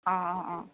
অঁ অঁ অঁ